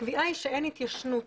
הקביעה היא שאין התיישנות